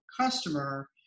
customer